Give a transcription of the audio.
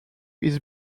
his